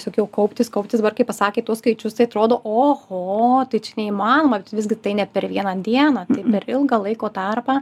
sakiau kauptis kauptis dabar kai pasakėt tuos skaičius tai atrodo oho tai čia neįmanoma visgi tai ne per vieną dieną tai per ilgą laiko tarpą